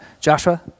Joshua